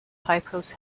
typos